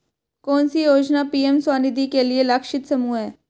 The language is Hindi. कौन सी योजना पी.एम स्वानिधि के लिए लक्षित समूह है?